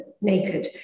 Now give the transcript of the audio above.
naked